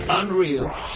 Unreal